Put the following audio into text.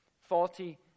faulty